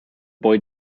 boy